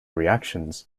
reactions